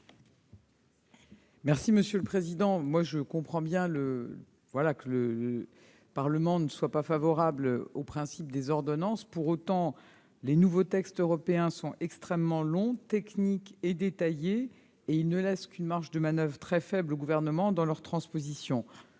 l'avis du Gouvernement ? Je comprends que le Parlement ne soit pas favorable au principe des ordonnances. Pour autant, les nouveaux textes européens sont extrêmement longs, techniques et détaillés, et ils ne laissent qu'une marge de manoeuvre très faible aux gouvernements pour leur transposition.